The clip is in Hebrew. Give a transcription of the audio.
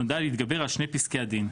נועדה להתגבר על שני פסקי הדין,